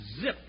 Zip